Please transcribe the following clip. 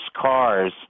cars